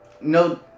No